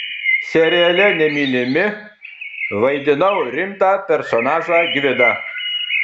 seriale nemylimi vaidinau rimtą personažą gvidą